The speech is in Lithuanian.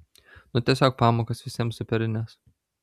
nu tiesiog pamokos visiems superinės